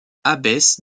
abbesse